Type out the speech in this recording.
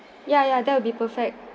ya ya that would be perfect